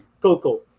Coco